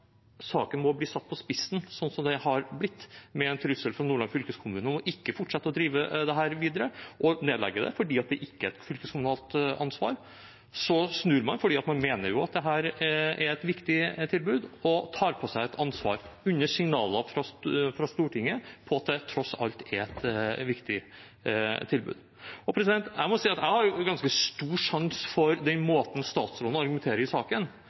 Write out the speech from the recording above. saken må bli satt på spissen, slik den har blitt, med en trussel fra Nordland fylkeskommune om ikke å drive dette videre og nedlegge det fordi det ikke er et fylkeskommunalt ansvar. Så snur man, for man mener jo at dette er et viktig tilbud, og tar på seg et ansvar under signaler fra Stortinget om at det tross alt er et viktig tilbud. Jeg må si at jeg har ganske stor sans for den måten statsråden argumenterer på i saken: